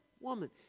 woman